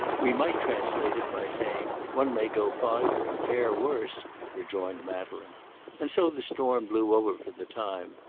we might translate it by saying one may go farther and fare worse rejoined madeleine and so the storm blew over for the time,